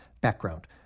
Background